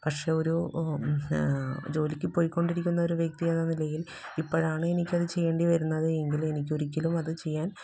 പക്ഷേ ഒരൂ ജോലിക്കുപോയി കൊണ്ടിരിക്കുന്ന ഒരു വ്യക്തി എന്ന നിലയിൽ ഇപ്പോഴാണ് എനിക്ക് അത് ചെയ്യേണ്ടിവരുന്നത് എങ്കിൽ എനിക്കൊരിക്കലും അത് ചെയ്യാൻ